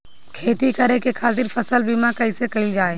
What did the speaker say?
खेती करे के खातीर फसल बीमा कईसे कइल जाए?